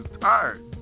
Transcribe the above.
tired